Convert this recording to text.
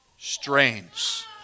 strains